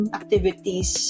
activities